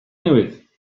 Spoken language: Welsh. newydd